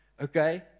Okay